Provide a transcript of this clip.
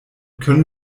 könnten